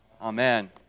Amen